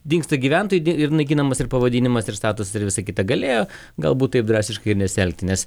dingsta gyventojai ir naikinamas ir pavadinimas ir statusas ir visa kita galėjo gal būt taip drastiškai nesielgti nes